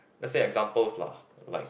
let's say examples lah like